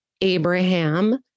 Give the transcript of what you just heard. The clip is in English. Abraham